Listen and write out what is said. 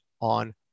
on